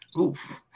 Oof